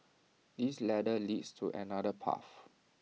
this ladder leads to another path